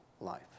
life